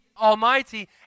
almighty